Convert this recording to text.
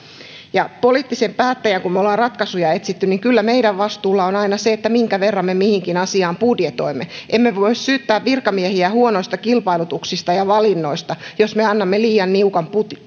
poliittisen päättäjän kun me olemme ratkaisuja etsineet vastuulla kyllä on aina se minkä verran me mihinkin asiaan budjetoimme emme me voi syyttää virkamiehiä huonoista kilpailutuksista ja valinnoista jos me annamme liian niukan